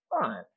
fine